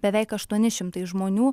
beveik aštuoni šimtai žmonių